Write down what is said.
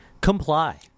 comply